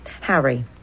Harry